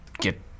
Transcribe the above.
get